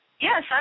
Yes